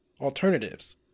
alternatives